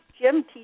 Jim